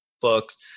books